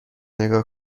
نگاه